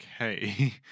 Okay